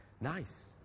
Nice